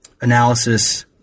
analysis